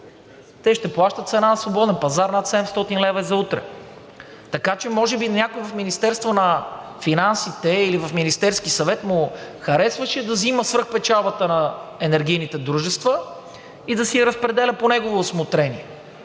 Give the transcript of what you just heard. те ще плащат цена на свободен пазар над 700 лв. за утре. Така че може би на някого в Министерството на финансите или в Министерския съвет му харесваше да взима свръхпечалбата на енергийните дружества и да си я разпределя по негово усмотрение.